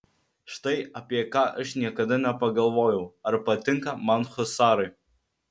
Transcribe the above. štai apie ką aš niekada nepagalvojau ar patinka man husarai